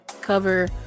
cover